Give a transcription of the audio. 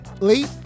late